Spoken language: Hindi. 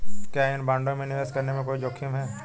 क्या इन बॉन्डों में निवेश करने में कोई जोखिम है?